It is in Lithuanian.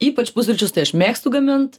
ypač pusryčius tai aš mėgstu gamint